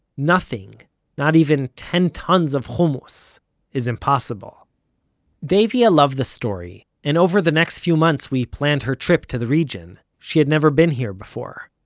nothing not even ten tons of hummus is impossible davia loved the story, and over the next few months we planned her trip to the region. she'd never been here before.